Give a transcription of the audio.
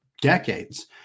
decades